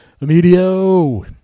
Emilio